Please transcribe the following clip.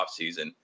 offseason